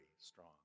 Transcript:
strong